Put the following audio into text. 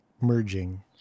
merging